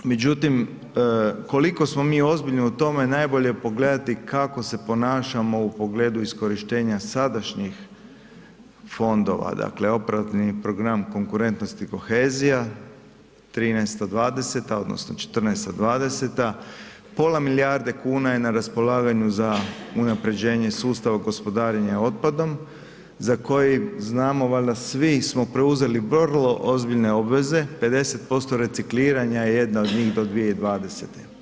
Međutim koliko smo mi ozbiljni u tome najbolje je pogledati kako se ponašamo u pogledu iskorištenja sadašnjih fondova, dakle operativni program konkurentnosti i kohezija, '13./'20. odnosno '14./'20. pola milijarde kuna je na raspolaganju za unapređenje sustava gospodarenja otpadom za koji znamo valjda svi smo preuzeli vrlo ozbiljne obveze 50% recikliranja je jedna od njih do 2020.